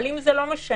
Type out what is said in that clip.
אבל אם זה לא משנה,